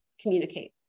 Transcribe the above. communicate